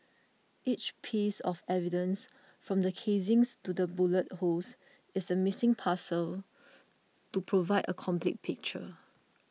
each piece of evidence from the casings to the bullet holes is a missing puzzle to provide a complete picture